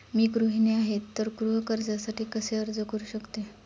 मी गृहिणी आहे तर गृह कर्जासाठी कसे अर्ज करू शकते?